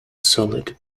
solid